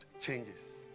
changes